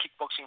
kickboxing